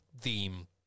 theme